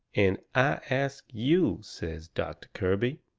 and i ask you, says doctor kirby.